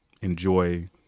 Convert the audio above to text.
Enjoy